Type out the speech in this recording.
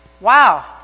Wow